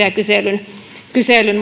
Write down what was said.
ja kyselyn kyselyn